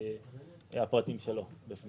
הפרטים שלו בפנים.